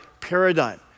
paradigm